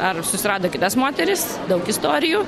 ar susirado kitas moteris daug istorijų